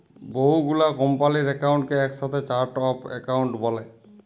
বহু গুলা কম্পালির একাউন্টকে একসাথে চার্ট অফ একাউন্ট ব্যলে